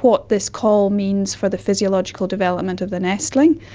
what this call means for the physiological development of the nestling,